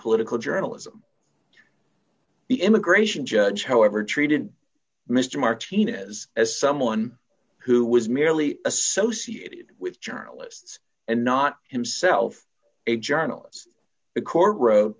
political journalism the immigration judge however treated mr martinez as someone who was merely associated with journalists and not himself a journalist the court wrote